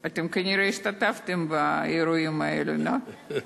אתם כנראה השתתפתם באירועים האלו, לא?